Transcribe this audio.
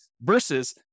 versus